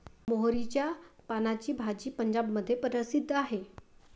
मोहरीच्या पानाची भाजी पंजाबमध्ये प्रसिद्ध आहे